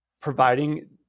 providing